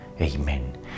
Amen